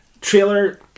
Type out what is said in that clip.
Trailer